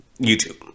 YouTube